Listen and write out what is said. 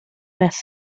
less